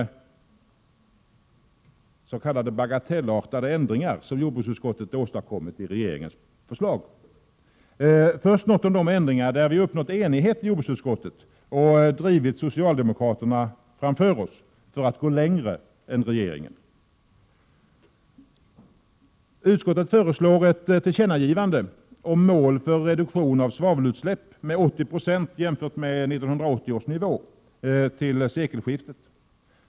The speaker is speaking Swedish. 1987/88:134 bagatellartade ändringar som jordbruksutskottet åstadkommit i regeringens 6 juni 1988 förslag. Först något om de ändringar där vi uppnått enighet i jordbruksutskottet och drivit socialdemokraterna framför oss, för att gå längre än regeringen. Utskottet föreslår ett tillkännagivande om mål för reduktion av svavelutsläpp med 80 26 jämfört med 1980 års nivå fram till sekelskiftet.